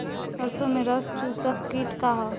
सरसो में रस चुसक किट का ह?